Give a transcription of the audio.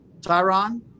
Tyron